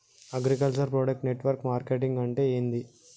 Agriculture product network marketing అంటే ఏంది?